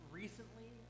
recently